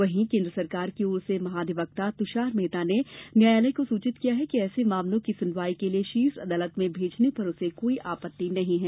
वहीं केन्द्र सरकार की ओर से महाअधिवक्ता तुषार मेहता ने न्यायालय को सूचित किया है कि ऐसे मामलों की सुनवाई के लिए शीर्ष अदालत में भेजने पर उसे कोई आपत्ति नहीं है